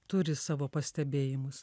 turi savo pastebėjimus